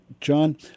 John